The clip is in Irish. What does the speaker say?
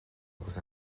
agus